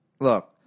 look